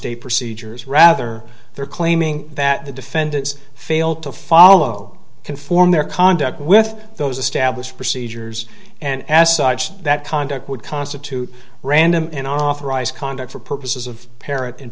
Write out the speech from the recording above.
a procedures rather they're claiming that the defendants fail to follow conform their conduct with those established procedures and as such that conduct would constitute random and authorized conduct for purposes of parent and